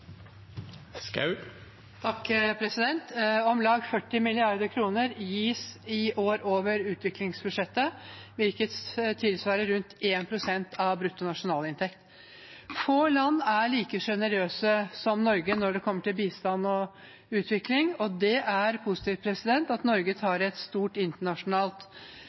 Om lag 40 mrd. kr gis i år over utviklingsbudsjettet, hvilket tilsvarer rundt 1 pst. av brutto nasjonalinntekt. Få land er like sjenerøse som Norge når det gjelder bistand og utvikling, og det er positivt at Norge tar et stort internasjonalt